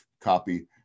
copy